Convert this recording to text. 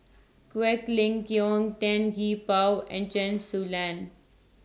Quek Ling Kiong Tan Gee Paw and Chen Su Lan